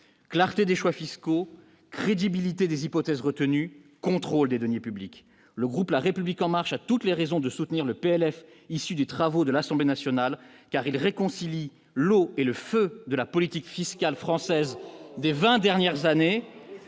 clarté des choix fiscaux crédibilité des hypothèses retenues, contrôle des deniers publics, le groupe la République en marche a toutes les raisons de soutenir le PLF issu des travaux de l'Assemblée nationale, car il réconcilie l'eau et le feu de la politique fiscale française des 20 dernières années,